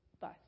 bus